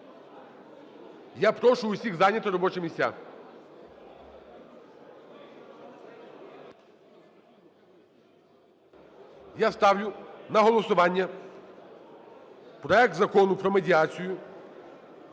Я прошу всіх зайняти робочі місця. Я ставлю на голосування проект Закону про медіацію